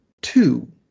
two